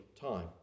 time